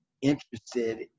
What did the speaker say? interested